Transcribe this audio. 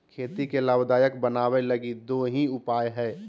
खेती के लाभदायक बनाबैय लगी दो ही उपाय हइ